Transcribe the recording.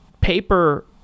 paper